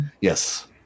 Yes